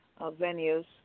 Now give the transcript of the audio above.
venues